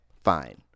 fine